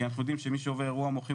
כי אנחנו יודעים שמי שעובר אירוע מוחי,